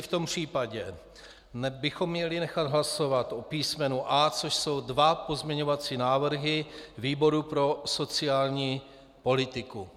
V tom případě bychom měli nechat hlasovat o písmenu A, což jsou dva pozměňovací návrhy výboru pro sociální politiku.